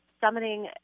summoning